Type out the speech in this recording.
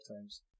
times